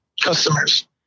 customers